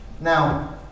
Now